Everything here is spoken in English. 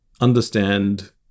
Understand